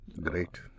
Great